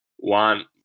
one